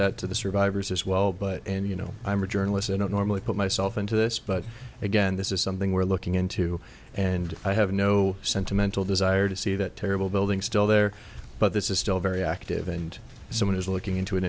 that to the survivors as well but and you know i'm a journalist i don't normally put myself into this but again this is something we're looking into and i have no sentimental desire to see that terrible building still there but this is still very active and someone is looking into